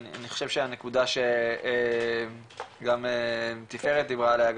אני חושב שהנקודה שגם תפארת דיברה עליה,